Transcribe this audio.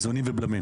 איזונים ובלמים.